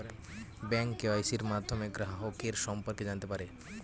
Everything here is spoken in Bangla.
ব্যাঙ্ক কেওয়াইসির মাধ্যমে গ্রাহকের সম্পর্কে জানতে পারে